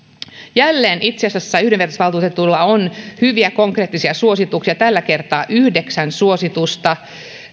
jälleen itse asiassa yhdenvertaisuusvaltuutetulla on hyviä konkreettisia suosituksia tällä kertaa yhdeksän suositusta